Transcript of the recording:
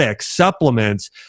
supplements